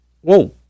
whoa